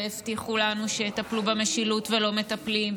הבטיחו לנו שיטפלו במשילות ולא מטפלים,